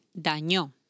dañó